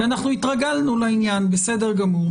כי אנחנו התרגלנו לעניין, בסדר גמור.